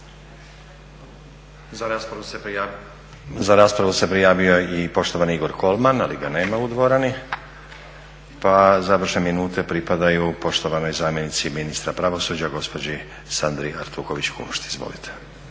Za raspravu se prijavio i poštovani Igor Kolman, ali ga nema u dvorani. Pa završne minute pripadaju poštovanoj zamjenici ministra pravosuđa gospođi Sandri Artuković Kunšt. Izvolite.